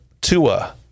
Tua